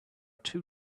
two